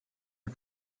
nur